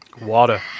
Water